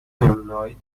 نمونههای